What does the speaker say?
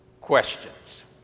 questions